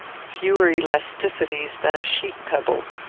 fewer elasticities than a sheet pebble.